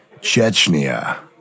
Chechnya